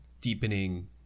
deepening